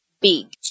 big